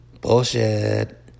Bullshit